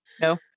no